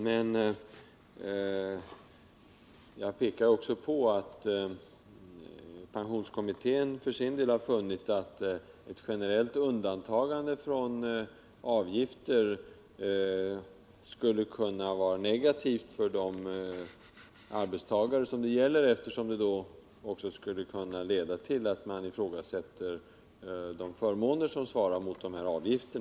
Men jag pekade också på att pensionskommittén för sin del har funnit att ett generellt undantagande från avgifter skulle kunna vara negativt för de arbetstagare det gäller, eftersom det skulle kunna leda till ett ifrågasättande av de förmåner som svarar mot dessa avgifter.